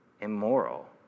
immoral